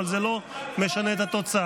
אבל זה לא משנה את התוצאה.